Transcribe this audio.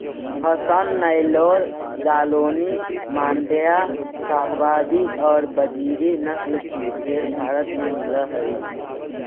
हसन, नैल्लोर, जालौनी, माण्ड्या, शाहवादी और बजीरी नस्ल की भेंड़ भारत में मिलअ हई